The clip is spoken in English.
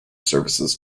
services